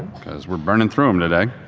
because we're burning through them today.